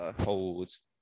holds